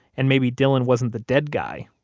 and maybe dillon wasn't the dead guy.